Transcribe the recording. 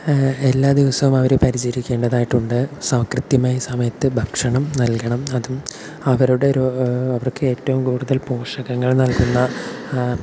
എല്ലാ ദിവസവും അവരെ പരിചരിക്കേണ്ടതായിട്ട് ഉണ്ട് സ കൃത്യമായ സമയത്ത് ഭക്ഷണം നൽകണം അതും അവരുടെ രോ അവർക്ക് ഏറ്റവും കൂടുതൽ പോഷകങ്ങൾ നൽകുന്ന